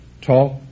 talk